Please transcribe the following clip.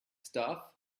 stuff